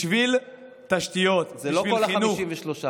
זה לא כל ה-53.